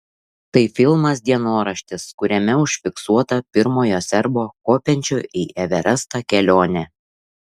tai filmas dienoraštis kuriame užfiksuota pirmojo serbo kopiančio į everestą kelionė